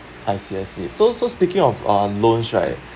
I see I see so so speaking of uh loans right